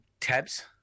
tabs